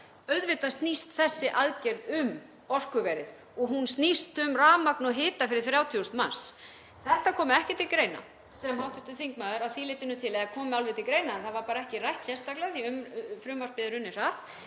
auðvitað snýst þessi aðgerð um orkuverið og hún snýst um rafmagn og hita fyrir 30.000 manns. Þetta kom ekki til greina að því leytinu til, eða það kom alveg til greina en það var bara ekki rætt sérstaklega því að frumvarpið er unnið